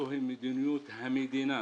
זוהי מדיניות המדינה